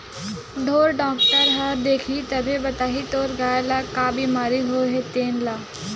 ढ़ोर डॉक्टर ह देखही तभे बताही तोर गाय ल का बिमारी होय हे तेन ल